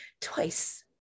twice